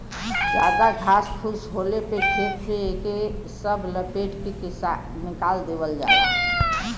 जादा घास फूस होले पे खेत में एके सब लपेट के निकाल देवल जाला